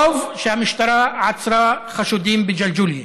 טוב שהמשטרה עצרה חשודים בג'לג'וליה.